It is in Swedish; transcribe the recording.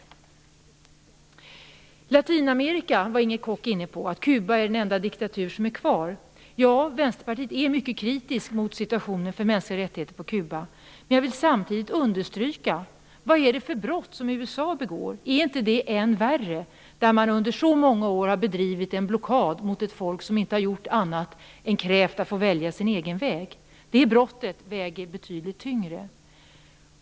När det gäller Latinamerika var Inger Koch inne på att Kuba är den enda diktatur som är kvar. Vänsterpartiet är mycket kritiskt mot situationen för mänskliga rättigheter på Kuba. Samtidigt vill jag dock fråga: Vad är det för brott USA begår? Är inte det än värre? Under många år har man bedrivit en blockad mot ett folk som inte har gjort annat än att kräva att få välja sin egen väg. Det brottet väger betydligt tyngre.